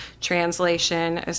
translation